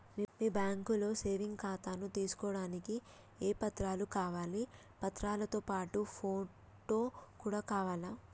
మీ బ్యాంకులో సేవింగ్ ఖాతాను తీసుకోవడానికి ఏ ఏ పత్రాలు కావాలి పత్రాలతో పాటు ఫోటో కూడా కావాలా?